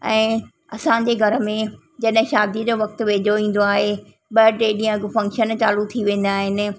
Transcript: ऐं असांजे घर में जॾहिं शादीअ जो वक्तु वेझो ईंदो आहे ॿ टे ॾींहं अॻु फंक्शन चालू थी वेंदा आहिनि